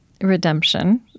redemption